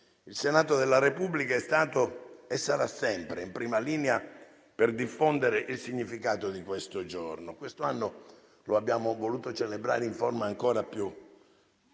Il Senato della Repubblica è stato e sarà sempre in prima linea per diffondere il significato di questo giorno. Quest'anno lo abbiamo voluto celebrare in forma ancora più